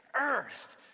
earth